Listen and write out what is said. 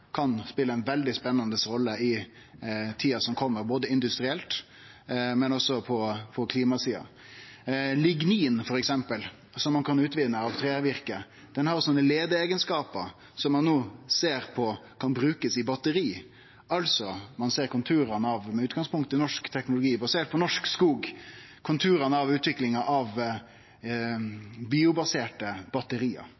kan spele ei veldig spennande rolle i tida som kjem, både industrielt og på klimasida. Lignin f.eks., som ein kan utvinne av trevirke, har leiande eigenskapar som ein no ser på om kan brukast i batteri. Ein ser altså med utgangspunkt i norsk teknologi, basert på norsk skog, konturane av utvikling av